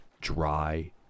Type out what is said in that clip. dry